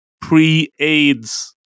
pre-AIDS